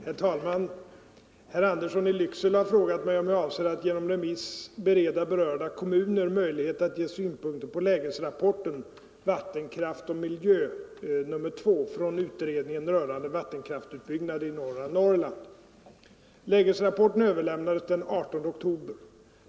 Herr talman! Herr Andersson i Lycksele har frågat mig om jag avser att genom remiss bereda berörda kommuner möjlighet att ge synpunkter på lägesrapporten Vattenkraft och miljö 2 från utredningen rörande vattenkraftsutbyggnader i norra Norrland. Lägesrapporten överlämnades den 18 oktober.